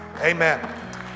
amen